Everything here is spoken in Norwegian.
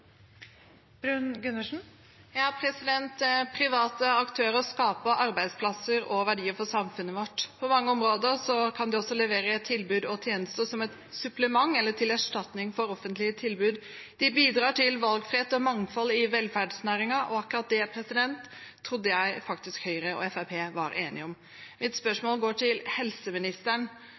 Private aktører skaper arbeidsplasser og verdier for samfunnet vårt. På mange områder kan de også levere tilbud og tjenester som et supplement til eller erstatning for offentlige tilbud. De bidrar til valgfrihet og mangfold i velferdsnæringen, og akkurat det trodde jeg faktisk Høyre og Fremskrittspartiet var enige om. Mitt spørsmål går til helseministeren.